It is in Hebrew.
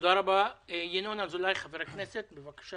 אנחנו מכירים את הבעיה מקרוב במגזר הערבי ובמגזר החרדי.